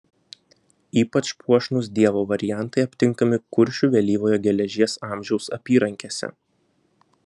ypač puošnūs dievo variantai aptinkami kuršių vėlyvojo geležies amžiaus apyrankėse